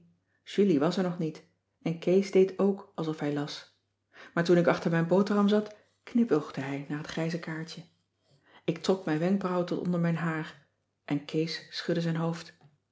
julie was er nog niet en kees deed ook alsof hij las maar toen ik achter mijn boterham zat knipoogde hij naar het grijze kaartje ik trok mijn wenkbrauwen tot onder mijn haar en kees schudde zijn hoofd